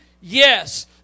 Yes